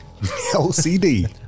OCD